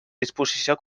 disposició